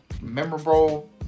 memorable